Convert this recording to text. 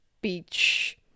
beach